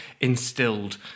instilled